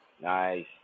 Nice